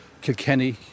Kilkenny